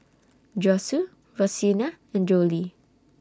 Josue Rosina and Jolie